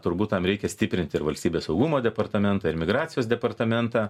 turbūt tam reikia stiprinti ir valstybės saugumo departamentą ir migracijos departamentą